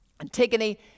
Antigone